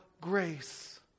grace